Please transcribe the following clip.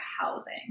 housing